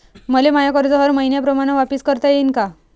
मले माय कर्ज हर मईन्याप्रमाणं वापिस करता येईन का?